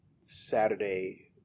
Saturday